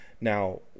now